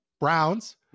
Browns